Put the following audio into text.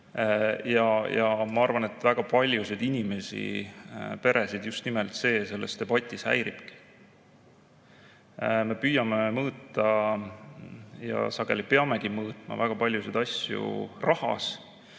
Ma arvan, et väga paljusid inimesi, peresid, just nimelt see selles debatis häiribki. Me püüame mõõta ja sageli peamegi mõõtma väga paljusid asju rahas.